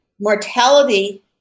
mortality